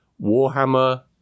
Warhammer